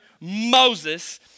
Moses